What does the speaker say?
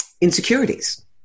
insecurities